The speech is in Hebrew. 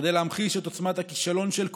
כדי להמחיש את עוצמת הכישלון של כולנו,